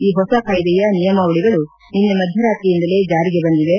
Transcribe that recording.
ಈ ಹೊಸ ಕಾಯದೆಯ ನಿಯಮಾವಳಗಳು ನಿನೈ ಮಧ್ಯರಾತ್ರಿಯಂದಲೇ ಜಾಲಿಗೆ ಬಂದಿವೆ